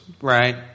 Right